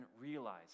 realize